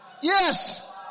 yes